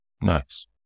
Nice